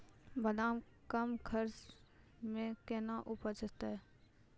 बादाम कम खर्च मे कैना उपजते?